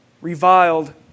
reviled